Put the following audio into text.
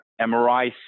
MRI